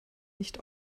nicht